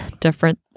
different